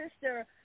sister